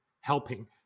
helping